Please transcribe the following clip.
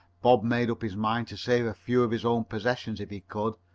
bob made up his mind to save a few of his own possessions if he could,